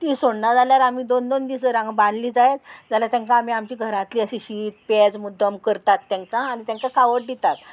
ती सोडना जाल्यार आमी दोन दोन दीस जर बांदली जायत जाल्यार तांकां आमी आमची घरांतली अशी शीत पेज मुद्दम करतात तांकां आनी तांकां खावड दितात